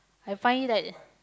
I find it that